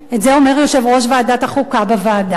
את זה אומר יושב-ראש ועדת החוקה בוועדה.